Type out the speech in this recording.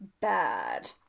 bad